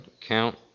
count